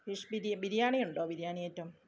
fish ബിരി ബിരിയാണിയുണ്ടോ biryani item